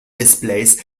displays